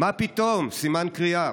"מה פתאום!" סימן קריאה.